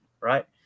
right